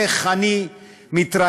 ואיך אני מתראיין.